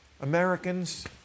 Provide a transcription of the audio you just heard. Americans